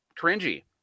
cringy